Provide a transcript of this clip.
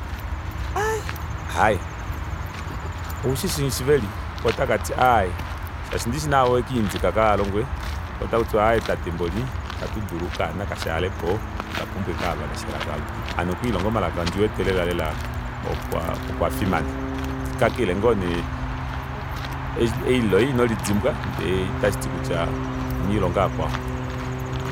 Ai oushishi shiveli koo otakati aaye shaashi ndishi naave owekaindika kahalongwe koo takutiwa aaye tate mboli itatudulu okaana naka shaalepo otwapumbwa ashike ava veshi elaka aali hano okwiilonga omalaka ondiwete lela lela okwa okwafimana kakele ngoo nee eli loye inolidimbwa ndee itashiti kutya ino lilonga akwao